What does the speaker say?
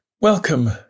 Welcome